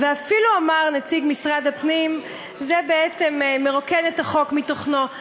ואפילו אמר נציג משרד הפנים: זה בעצם מרוקן את החוק מתוכנו.